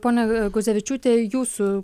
ponia guzevičiūte jūsų